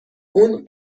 اون